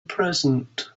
present